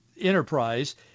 enterprise